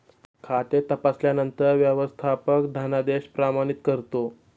खाते तपासल्यानंतर व्यवस्थापक धनादेश प्रमाणित करतो